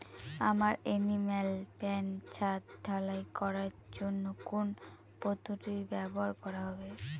আমার animal pen ছাদ ঢালাই করার জন্য কোন পদ্ধতিটি ব্যবহার করা হবে?